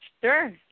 Sure